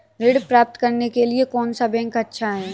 ऋण प्राप्त करने के लिए कौन सा बैंक अच्छा है?